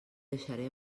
deixaré